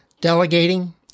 Delegating